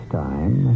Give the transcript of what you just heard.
time